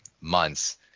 months